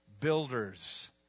builders